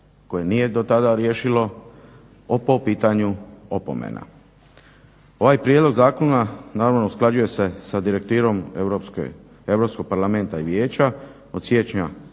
koje nije do tada riješilo po pitanju opomena. Ovaj prijedlog zakona naravno usklađuje se sa Direktivom Europskog parlamenta i Vijeća od siječnja